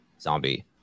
zombie